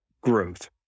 growth